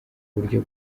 buryo